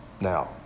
Now